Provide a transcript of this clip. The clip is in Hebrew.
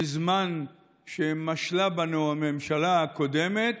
בזמן שמשלה בנו הממשלה הקודמת,